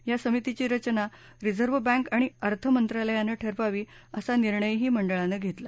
या समितीची रचना रिझर्व्ह बँक आणि अर्थमंत्रालयानं ठरवावी असा निर्णयही मंडळानं घेतला